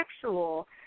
sexual